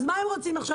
מה הם רוצים עכשיו,